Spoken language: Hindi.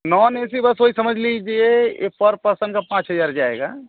नॉन ए सी बस वही समझ लीजिए पर पर्सन का पाँच हज़ार जाएगा